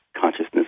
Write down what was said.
consciousness